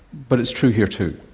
but it's true here too.